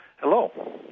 Hello